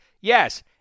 Yes